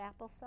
applesauce